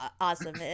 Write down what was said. awesome